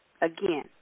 again